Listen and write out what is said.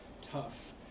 tough